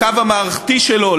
לקו המערכתי שלו,